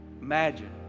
imagine